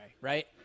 right